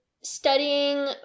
studying